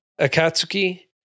Akatsuki